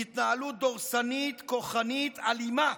היא התנהלות דורסנית, כוחנית, אלימה,